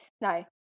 No